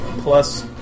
plus